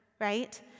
right